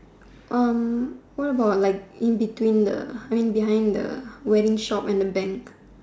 what about like in between the I mean behind the wedding shop and the bank